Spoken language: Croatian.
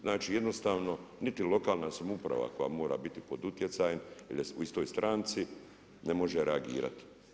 Znači jednostavno niti lokalna samouprava koja mora biti pod utjecajem jer je u istoj stranci ne može reagirati.